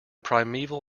primeval